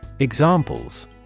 Examples